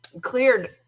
cleared